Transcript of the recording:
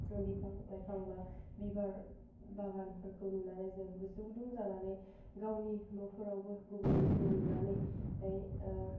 बिफां लाइफां बा बिबार बागानफोरखौ नुनानै जों गोसो गुदुं जानानै गावनि न'फोरावबो गुबुननिखौ नुनानै